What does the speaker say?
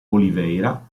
oliveira